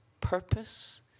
purpose